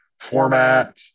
format